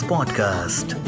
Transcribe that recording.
Podcast